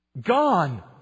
Gone